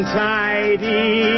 tidy